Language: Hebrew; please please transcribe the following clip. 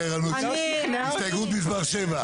מה זה תורם לאזרחי ישראל או לאזרחי ישראל פוטנציאליים.